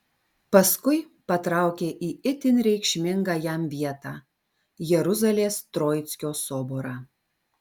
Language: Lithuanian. paskui patraukė į itin reikšmingą jam vietą jeruzalės troickio soborą